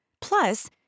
Plus